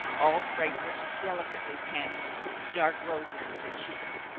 all fragrant, delicately panting, with dark roses in her cheeks,